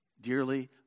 Dearly